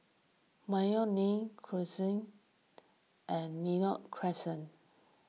Mayo Inn Crescent and Lentor Crescent